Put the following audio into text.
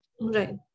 Right